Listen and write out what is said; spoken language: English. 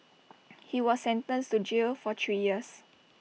he was sentenced to jail for three years